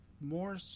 more